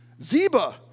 Zeba